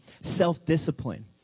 self-discipline